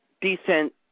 decent